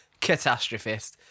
catastrophist